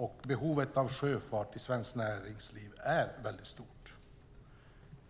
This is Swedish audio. Och behovet av sjöfart i svenskt näringsliv är väldigt stort.